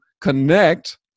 connect